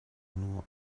nur